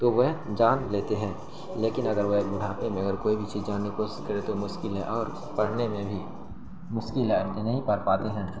تو وہ جان لیتے ہیں لیکن اگر وہ بڑھاپے میں اگر کوئی بھی چیز جاننے کی کوشش کرے تو مشکل ہے اور پڑھنے میں بھی مشکل ہے اور جو نہیں پڑھ پاتے ہیں